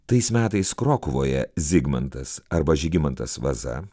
tais metais krokuvoje zigmantas arba žygimantas vaza